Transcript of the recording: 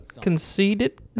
Conceded